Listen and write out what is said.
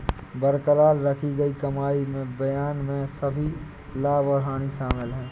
बरकरार रखी गई कमाई में बयान में सभी लाभ और हानि शामिल हैं